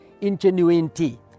ingenuity